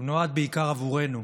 הוא נועד בעיקר עבורנו,